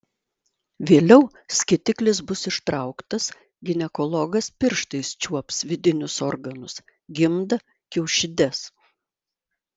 vėliau skėtiklis bus ištrauktas ginekologas pirštais čiuops vidinius organus gimdą kiaušides